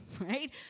right